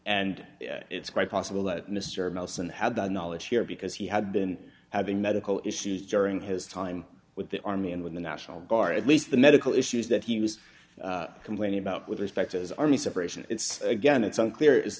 and it's quite possible that mr melson had the knowledge here because he had been having medical issues during his time with the army and with the national guard at least the medical issues that he was complaining about with respect to his army separation it's again it's unclear